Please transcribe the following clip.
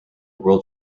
world